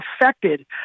affected